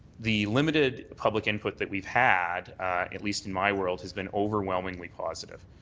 the limited public input that we've had at least in my world has been overwhelmingly positive.